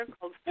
called